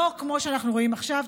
לא כמו שאנחנו רואים עכשיו.